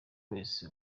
wese